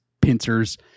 pincers